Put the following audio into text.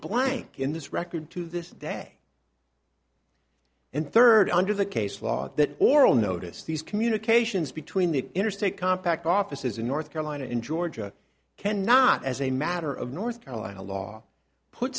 blank in this record to this day and third under the case law that oral notice these communications between the interstate compact offices in north carolina in georgia cannot as a matter of north carolina law put